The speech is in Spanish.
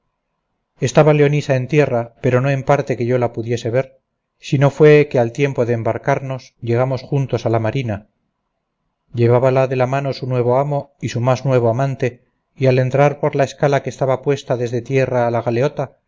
estaba leonisa en tierra pero no en parte que yo la pudiese ver si no fue que al tiempo del embarcarnos llegamos juntos a la marina llevábala de la mano su nuevo amo y su más nuevo amante y al entrar por la escala que estaba puesta desde tierra a la galeota